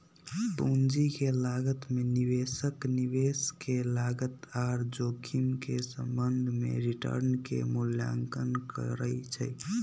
पूंजी के लागत में निवेशक निवेश के लागत आऽ जोखिम के संबंध में रिटर्न के मूल्यांकन करइ छइ